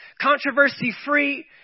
controversy-free